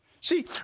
See